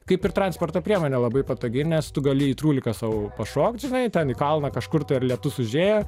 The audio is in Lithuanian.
kaip ir transporto priemonė labai patogi nes tu gali į trūliką sau pašokt žinai ten į kalną kažkur tai ar lietus užėjo